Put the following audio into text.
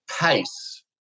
pace